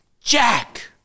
Jack